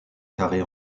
carrée